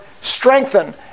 strengthen